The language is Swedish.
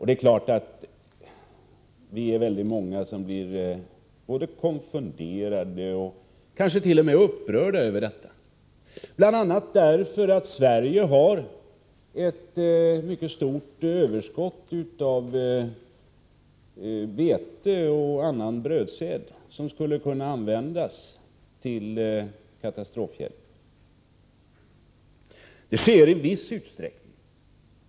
Det är klart att vi är många som blir både konfunderade och kansket.o.m. upprörda över detta, bl.a. därför att Sverige har ett mycket stort överskott av vete och annan brödsäd, som skulle kunna användas till katastrofhjälp. Det sker i viss utsträckning.